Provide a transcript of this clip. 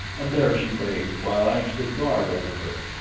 and there she bathed while i stood guard over her.